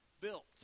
built